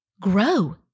grow